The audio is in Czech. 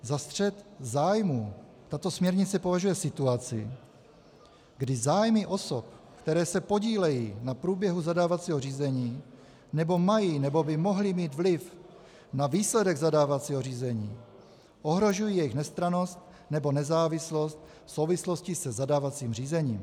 Za střet zájmů tato směrnice považuje situaci, kdy zájmy osob, které se podílejí na průběhu zadávacího řízení nebo mají nebo by mohly mít vliv na výsledek zadávacího řízení, ohrožují jejich nestrannost nebo nezávislost v souvislosti se zadávacím řízením.